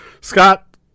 Scott